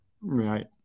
Right